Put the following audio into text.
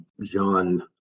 John